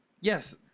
Yes